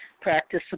practice